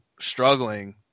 struggling